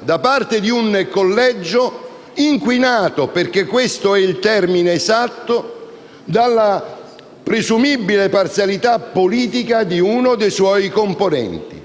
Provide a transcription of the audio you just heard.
da parte di un collegio inquinato, perché questo è il termine esatto, dalla presumibile parzialità politica di uno dei suoi componenti: